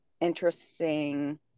interesting